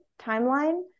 timeline